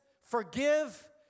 forgive